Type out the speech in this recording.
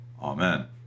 Amen